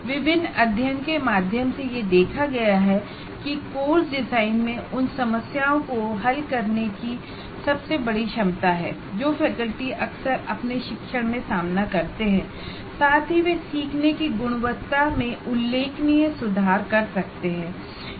विभिन्न अध्ययन के माध्यम से यह देखा गया है कि कोर्स डिजाइन में उन समस्याओं को हल करने की सबसे बड़ी क्षमता है जो फैकल्टी अक्सर अपने शिक्षण में सामना करते हैं साथ ही वह सीखने की गुणवत्ता में उल्लेखनीय सुधार कर सकते हैं